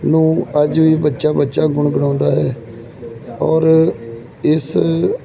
ਨੂੰ ਅੱਜ ਵੀ ਬੱਚਾ ਬੱਚਾ ਗੁਣਗੁਣਾਉਂਦਾ ਹੈ ਔਰ ਇਸ